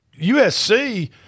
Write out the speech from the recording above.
USC